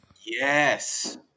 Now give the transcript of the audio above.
Yes